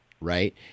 Right